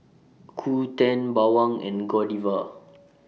Qoo ten Bawang and Godiva